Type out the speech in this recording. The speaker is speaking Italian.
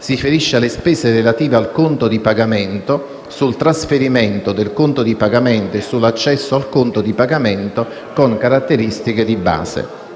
delle spese relative al conto di pagamento, sul trasferimento del conto di pagamento e sull'accesso al conto di pagamento con caratteristiche di base